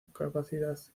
capacidad